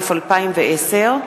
התשע"א 2010,